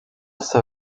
saw